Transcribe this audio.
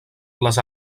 les